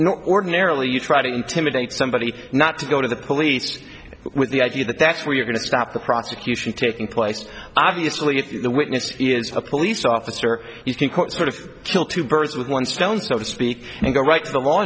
know ordinarily you try to intimidate somebody not to go to the police with the idea that that's where you're going to stop the prosecution taking place obviously if the witness is a police officer you can quote sort of kill two birds with one stone so to speak and go right to the law